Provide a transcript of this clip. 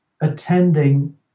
attending